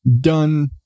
done